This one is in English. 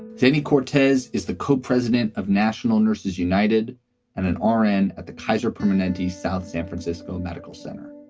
danny cortez is the co-president of national nurses united and an r n. at the kaiser permanente south san francisco medical center.